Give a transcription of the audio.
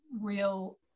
real